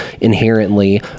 inherently